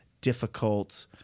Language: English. difficult